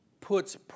puts